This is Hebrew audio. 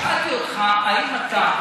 שאלתי אותך האם אתה,